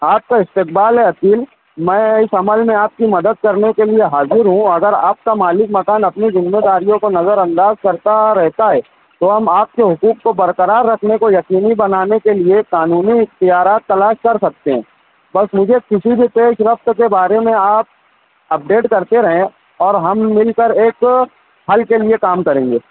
آپ کا استقبال ہے عقیل میں اس عمل میں آپ کی مدد کرنے کے لیے حاضر ہوں اگر آپ کا مالک مکان اپنی ذمہ داریوں کو نظر انداز کرتا رہتا ہے تو ہم آپ کے حقوق کو برقرار رکھنے کو یقینی بنانے کے لیے قانونی اختیارات تلاش کر سکتے ہیں بس مجھے کسی بھی پیش رفت کے بارے میں آپ اپڈیٹ کرتے رہیں اور ہم مل کر ایک حل کے لیے کام کریں گے